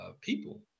people